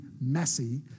messy